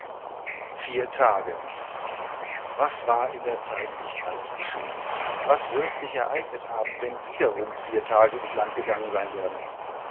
vier tage was war in der zeit nicht alles geschehen was wird sich ereignet haben wenn wiederum vier tage ins land gegangen sein werden